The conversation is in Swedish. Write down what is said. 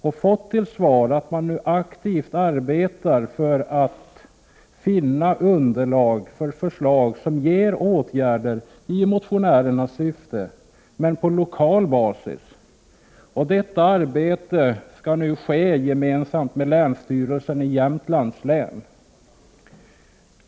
Jag fick då till svar att man nu aktivt arbetar för att finna underlag för förslag till åtgärder i motionärernas syfte men på lokal basis. Detta arbete sker nu gemensamt med länsstyrelsen i Jämtlands län.